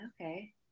Okay